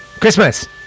christmas